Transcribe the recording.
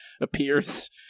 appears